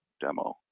demo